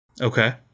Okay